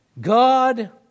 God